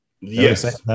Yes